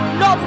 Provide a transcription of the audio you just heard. no